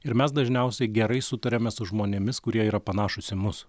ir mes dažniausiai gerai sutariame su žmonėmis kurie yra panašūs į mus